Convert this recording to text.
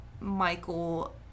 Michael